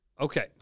Okay